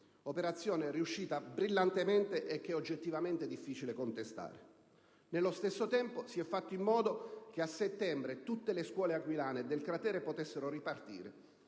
operazione riuscita brillantemente e che è oggettivamente difficile contestare. Nello stesso tempo, si è fatto in modo che, a settembre, tutte le scuole aquilane e del cratere potessero ripartire,